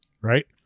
right